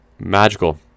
Magical